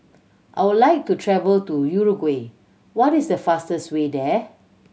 I would like to travel to Uruguay what is the fastest way there